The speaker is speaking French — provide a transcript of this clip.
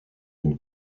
une